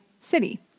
city